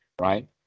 right